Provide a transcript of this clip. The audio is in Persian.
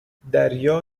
دریا